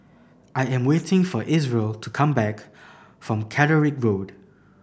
I am waiting for Isreal to come back from Catterick Road